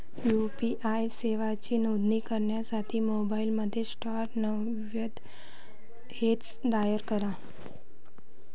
UPI सेवांची नोंदणी करण्यासाठी मोबाईलमध्ये स्टार नव्वद हॅच डायल करा